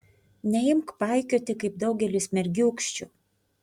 neimk paikioti kaip daugelis mergiūkščių